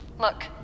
Look